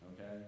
Okay